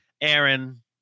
Aaron